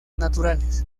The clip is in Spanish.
naturales